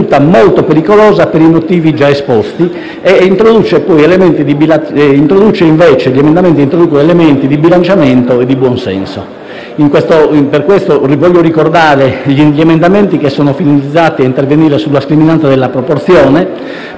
molto pericolosa per i motivi già esposti. Tali emendamenti introducono, invece, elementi di bilanciamento e di buon senso. Per questo voglio ricordare che gli emendamenti sono finalizzati a: intervenire sulla scriminante della proporzione,